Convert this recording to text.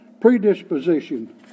predisposition